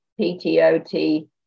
PTOT